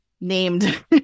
named